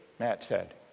matt said.